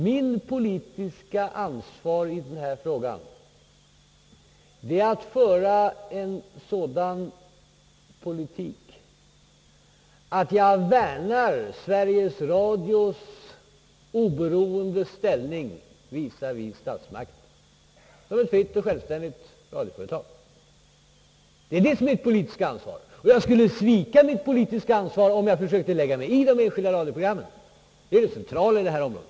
Mitt politiska ansvar i denna fråga är att föra en sådan politik att jag värnar Sveriges Radios oberoende ställning visavi statsmakterna som ett fritt och självständigt radioföretag. Jag skulle svika detta mitt ansvar om jag försökte lägga mig i de enskilda radioprogrammen. Det är det centrala i denna fråga.